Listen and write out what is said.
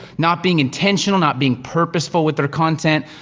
not being intentional, not being purposeful with their content,